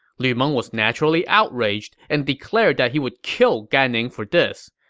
lu meng was naturally outraged and declared that he would kill gan ning for this.